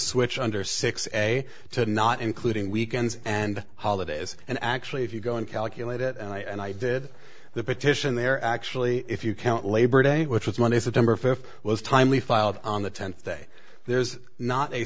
switch under six a to not including weekends and holidays and actually if you go and calculate it and i did the petition there actually if you count labor day which was monday september fifth was timely filed on the tenth day there's not a